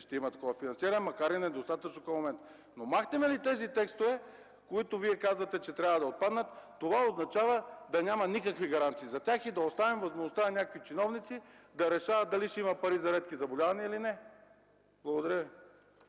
ще има такова финансиране, макар и недостатъчно към момента. Но махнем ли тези текстове, които Вие казвате, че трябва да отпаднат, това означава да няма никакви гаранции за тях и да оставим възможността на някакви чиновници да решават дали ще има пари за редки заболявания или не. Благодаря Ви.